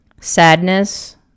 sadness